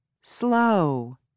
Slow